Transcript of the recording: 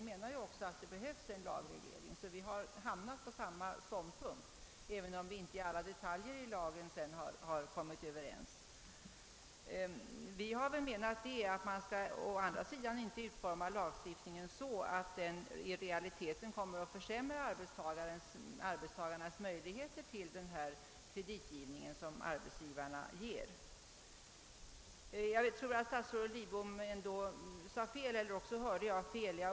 Vi anser också att det behövs en lagstiftning, och vi har därför intagit samma ståndpunkt som departementschefen, även om vi sedan inte har kunnat komma överens om alla detaljer i lagen. Vi har ansett att man å andra sidan inte bör utforma lagstiftningen så, att den i realiteten kommer att försämra arbetstagarnas möjligheter till den kredit som arbetsgivaren ger. Jag tror att statsrådet Lidbom sade fel, eller också hörde jag inte riktigt vad han sade.